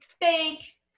Fake